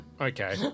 Okay